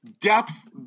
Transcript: depth